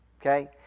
Okay